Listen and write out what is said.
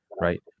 right